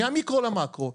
מהמיקרו למקרו.